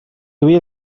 havia